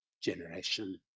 generation